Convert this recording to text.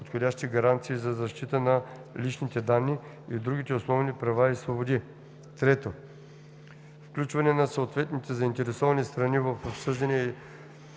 подходящи гаранции за защитата на личните данни и другите основни права и свободи; 3. включване на съответните заинтересовани страни в обсъждания и